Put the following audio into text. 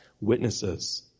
witnesses